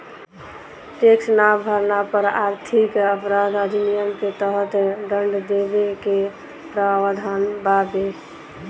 tax ना भरला पर आर्थिक अपराध अधिनियम के तहत दंड देवे के प्रावधान बावे